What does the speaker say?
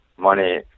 money